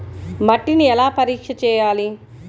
మట్టిని ఎలా పరీక్ష చేయాలి?